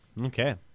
Okay